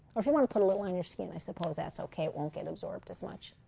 or if you want to put a little on your skin, i suppose that's okay. it won't get absorbed as much.